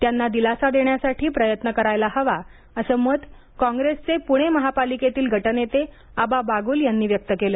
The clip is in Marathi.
त्यांना दिलासा देण्यासाठी प्रयत्न करायला हवा असं मत काँग्रेसचे पुणे महापालिकेतील गटनेते आबा बागुल यांनी व्यक्त केलं